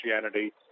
Christianity